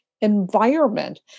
environment